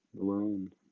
alone